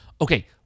Okay